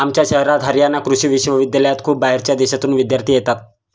आमच्या शहरात हरयाणा कृषि विश्वविद्यालयात खूप बाहेरच्या देशांतून विद्यार्थी येतात